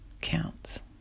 counts